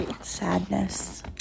Sadness